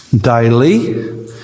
daily